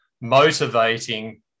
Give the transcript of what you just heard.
motivating